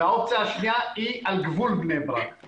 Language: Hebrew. והאופציה השנייה היא על גבול בני ברק.